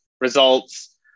results